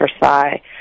Versailles